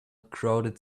crowded